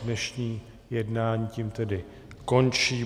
Dnešní jednání tím tedy končí.